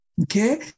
okay